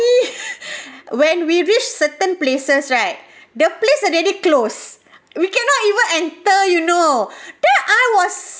when we reached certain places right the place already closed we cannot even enter you know then I was